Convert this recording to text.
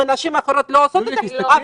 נשים אחרות לא עושות את זה?